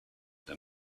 that